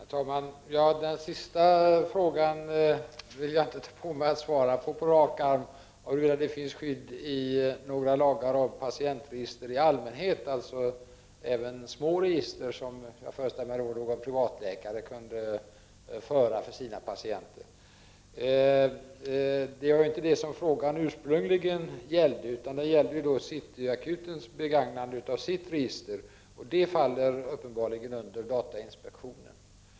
Herr talman! Den sista frågan vill jag inte på rak arm svara på — alltså om huruvida det finns något skydd i lagen för patientregister i allmänhet, alltså även små register som, föreställer jag mig, privatläkare kan föra över sina patienter. Men det var inte det som fråga ursprungligen gällde, utan frågan gällde City Akutens begagnande av sitt register. Den frågan faller uppenbarligen under datainspektionen.